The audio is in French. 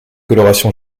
coloration